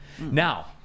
Now